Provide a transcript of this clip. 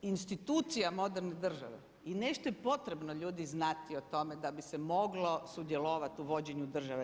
Institucija moderne države i nešto je potrebno ljudi znati o tome da bi se moglo sudjelovati u vođenju države.